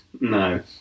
No